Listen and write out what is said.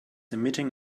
emitting